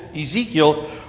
Ezekiel